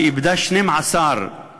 שאיבדה 12 מבניה,